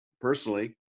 personally